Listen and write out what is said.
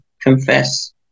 confess